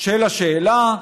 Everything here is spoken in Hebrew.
של השאלה.